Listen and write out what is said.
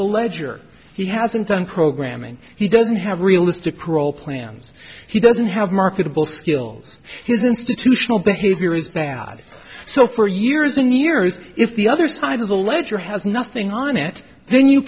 the ledger he hasn't done programming he doesn't have realistic parole plans he doesn't have marketable skills he's institutional behavior is bad so for years and years if the other side of the ledger has nothing on it then you